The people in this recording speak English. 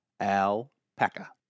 Alpaca